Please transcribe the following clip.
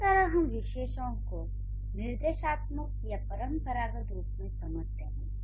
इस तरह हम विशेषण को निर्देशात्मक या परंपरागत रूप से समझते हैं